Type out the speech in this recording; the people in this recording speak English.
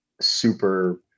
super